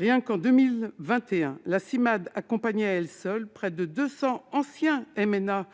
année 2021, la Cimade accompagnait à elle seule près de 200 anciens MNA